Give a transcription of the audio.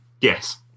Yes